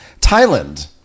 Thailand